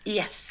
yes